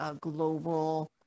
global